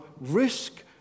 risk